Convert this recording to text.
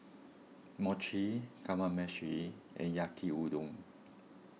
Mochi Kamameshi and Yaki Udon